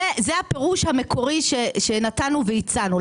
זה הפירוש המקורי שנתנו והצענו.